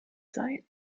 sein